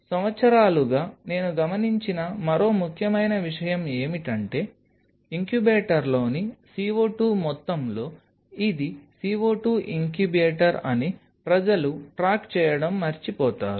సంవత్సరాలుగా నేను గమనించిన మరో ముఖ్యమైన విషయం ఏమిటంటే ఇంక్యుబేటర్లోని CO2 మొత్తంలో ఇది CO2 ఇంక్యుబేటర్ అని ప్రజలు ట్రాక్ చేయడం మర్చిపోతారు